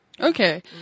Okay